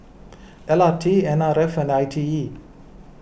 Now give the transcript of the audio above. L R T N R F and I T E